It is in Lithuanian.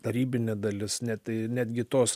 tarybinė dalis ne tai netgi tos